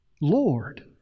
Lord